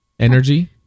energy